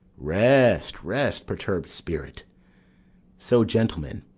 rest, rest, perturbed spirit so, gentlemen,